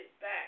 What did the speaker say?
back